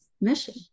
mission